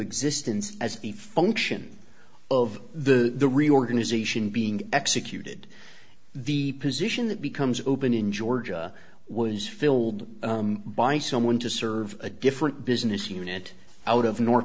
existence as a function of the reorganization being executed the position that becomes open in georgia was filled by someone to serve a different business unit out of